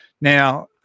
Now